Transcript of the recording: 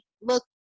look